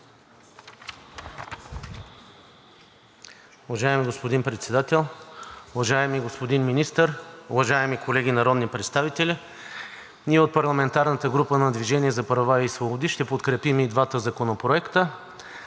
Уважаеми господин Председател, уважаеми господин министър, уважаеми колеги народни представители! Ние от парламентарната група на „Движение за права и свободи“ ще подкрепим и двата законопроекта,